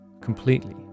completely